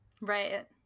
Right